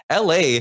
LA